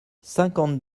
cinquante